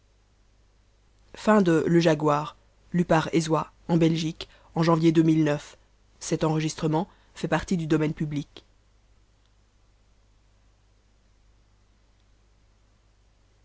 le jaguar t